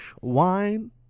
wine